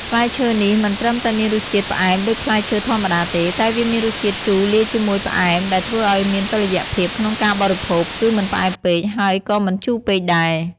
ផ្លែឈើនេះមិនត្រឹមតែមានរសជាតិផ្អែមដូចផ្លែឈើធម្មតាទេ តែវាមានរសជាតិជូរលាយជាមួយផ្អែមដែលធ្វើឱ្យមានតុល្យភាពក្នុងការបរិភោគ គឺមិនផ្អែមពេកហើយក៏មិនជូរពេកដែរ។